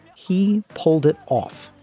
he pulled it off.